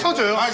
to